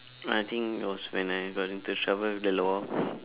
I think it was when I got into trouble with the law